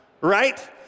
right